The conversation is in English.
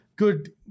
good